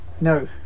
no